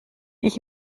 ich